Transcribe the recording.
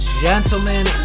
gentlemen